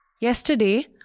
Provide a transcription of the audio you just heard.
Yesterday